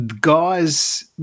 guys